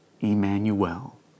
Emmanuel